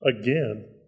again